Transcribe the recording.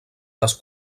les